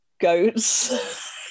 goats